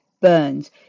burns